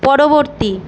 পরবর্তী